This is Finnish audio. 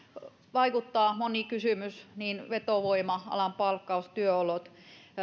vaikuttaa moni kysymys niin vetovoima alan palkkaus kuin työolot